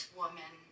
woman